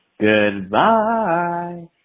goodbye